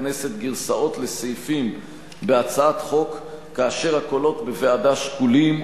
הכנסת גרסאות לסעיפים בהצעת חוק כאשר הקולות בוועדה שקולים,